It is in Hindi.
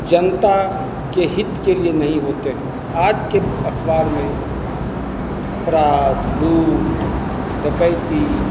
जनता के हित के लिए नहीं होते हैं आज के अखबार में अपराध लूट डकैती